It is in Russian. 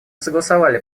согласовали